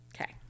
Okay